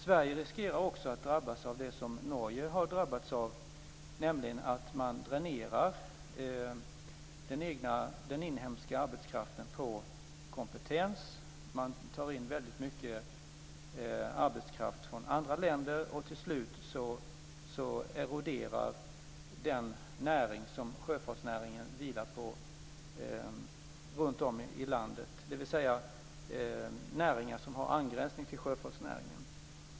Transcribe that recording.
Sverige riskerar att drabbas av det som Norge har drabbats av, nämligen att man dränerar den inhemska arbetskraften på kompetens. Man tar in mycket arbetskraft från andra länder, och till slut eroderar de näringar som sjöfartsnäringen vilar på runt om i landet, dvs. näringar som har angränsning till sjöfartsnäringen.